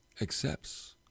accepts